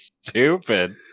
stupid